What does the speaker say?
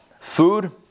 food